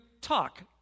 talk